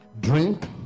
drink